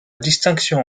distinction